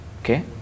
okay